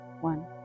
one